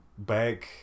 Bag